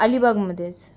अलिबागमध्येच